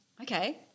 okay